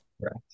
Correct